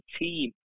team